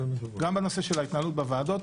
גם בנושא של ההתנהלות בוועדות.